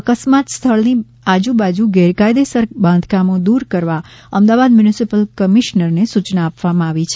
અકસ્માત સ્થળની આજુબાજુ ગેરકાયદેસર બાંધકામો દૂર કરવા અમદાવાદ મ્યુનિસિપલ કમિશ્નરને સૂચના આપવામાં આવી છે